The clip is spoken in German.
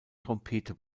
trompete